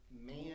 man